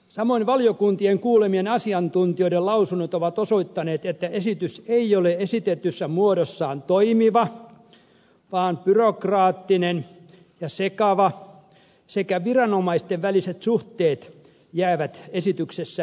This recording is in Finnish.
samoin valiokuntien kuulemien asiantuntijoiden lausunnot ovat osoittaneet että esitys ei ole esitetyssä muodossaan toimiva vaan byrokraattinen ja sekava ja viranomaisten väliset suhteet jäävät esityksessä epäselviksi